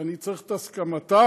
אני צריך את הסכמתה,